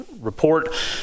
report